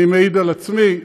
אני מעיד על עצמי.